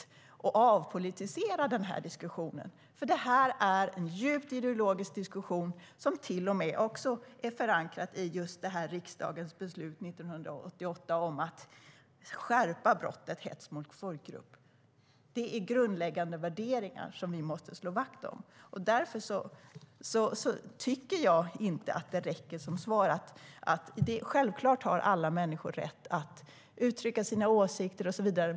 Vi kan inte avpolitisera diskussionen, för detta är en djupt ideologisk diskussion som till och med är förankrad i riksdagens beslut från 1988 om att skärpa synen på brottet hets mot folkgrupp. Det är grundläggande värderingar som vi måste slå vakt om. Därför tycker inte jag att detta räcker som svar. Självfallet har alla människor rätt att uttrycka sina åsikter och så vidare.